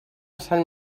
sant